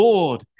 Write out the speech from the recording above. Lord